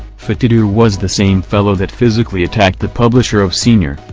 fatodu was the same fellow that physically attacked the publisher of sr,